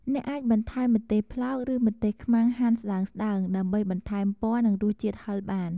អ្នកអាចបន្ថែមម្ទេសប្លោក ឬម្ទេសខ្មាំងហាន់ស្តើងៗ ដើម្បីបន្ថែមពណ៌ និងរសជាតិហឹរបាន។